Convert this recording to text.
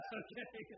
okay